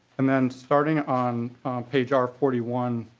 and then starting on page r forty one